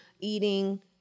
eating